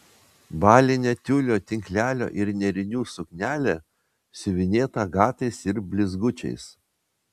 balinė tiulio tinklelio ir nėrinių suknelė siuvinėta agatais ir blizgučiais